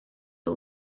all